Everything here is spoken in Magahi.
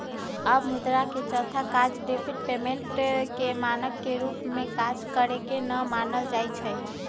अब मुद्रा के चौथा काज डिफर्ड पेमेंट के मानक के रूप में काज करेके न मानल जाइ छइ